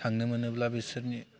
थांनो मोनब्ला बिसोरनि